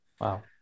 wow